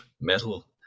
metal